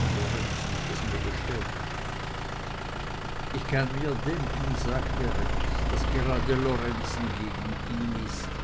und lorenzen hat es mir bestätigt ich kann mir denken sagte rex daß gerade lorenzen gegen ihn ist